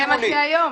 זה מה שקיים היום.